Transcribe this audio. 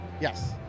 Yes